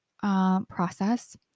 Process